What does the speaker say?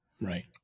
Right